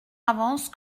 avance